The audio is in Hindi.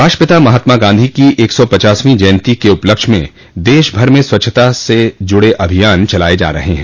राष्ट्रपिता महात्मा गांधी की एक सौ पचासवीं जयन्ती के उपलक्ष्य में देश भर में स्वच्छता से जुड़े अभियान चलाये जा रहे हैं